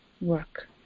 work